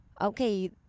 Okay